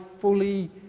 fully